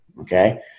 okay